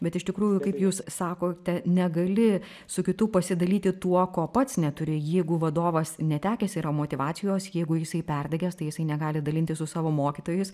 bet iš tikrųjų kaip jūs sakote negali su kitu pasidalyti tuo ko pats neturi jeigu vadovas netekęs yra motyvacijos jeigu jisai perdegęs tai jisai negali dalintis su savo mokytojais